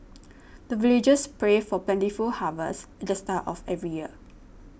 the villagers pray for plentiful harvest at the start of every year